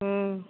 हुँ